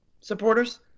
supporters